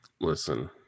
Listen